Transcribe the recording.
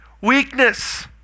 weakness